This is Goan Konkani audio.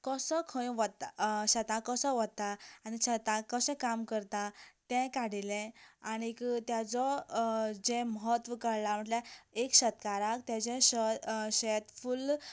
कसो खंय वता शेतांत कसो वता आनी शेतांत कशें काम करता तें काडिल्लें आनी ताजो जें म्हत्व कळ्ळां म्हणल्यार एक शेतकाराक ताजे शत शेत फुल्ल